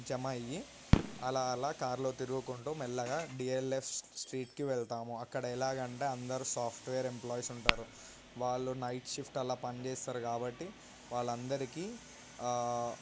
జమ అయ్యి అలా అలా కారులో తిరుగుకుంటూ మెల్లగా డిఎల్ఎఫ్ స్ట్రీట్కి వెళ్తాము అక్కడ ఎలాగంటే అందరూ సాఫ్ట్వేర్ ఎంప్లాయిస్ ఉంటారు వాళ్ళు నైట్ షిఫ్ట్ అలా పనిచేస్తారు కాబట్టి వాళ్ళందరికీ